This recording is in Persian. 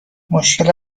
مشکل